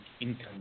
income